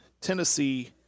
Tennessee